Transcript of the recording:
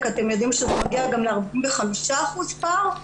אתם יודעים שזה מגיע גם ל-45% פער,